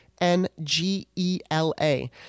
N-G-E-L-A